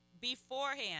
beforehand